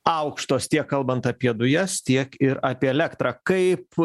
aukštos tiek kalbant apie dujas tiek ir apie elektrą kaip